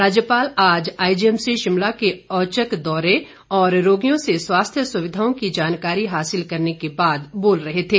राज्यपाल आज आईजीएमसी शिमला के औचक दौरे और रोगियों से स्वास्थ्य सुविधाओं की जानकारी हासिल करने के बाद बोल रहे थे